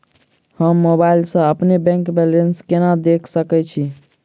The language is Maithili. हम मोबाइल सा अपने बैंक बैलेंस केना देख सकैत छी?